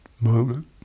moment